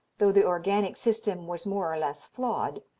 though the organic system was more or less flawed,